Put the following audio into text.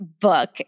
book